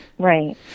Right